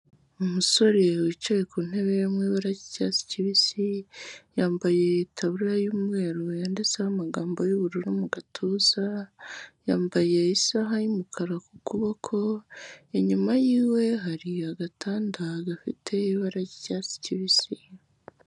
Umusore wicaye ku ntebe yo mu imabara ryicyatsi kibisi, yambaye ikabura y'umweru yanditseho amagambo y'ubururu mu gatuza, yambaye isaha y'umukara ku kuboko. Inyuma yiwe hari agatanda gafite ibara ry'icyatsi kibisi.